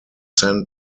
sent